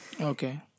Okay